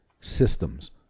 systems